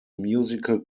musical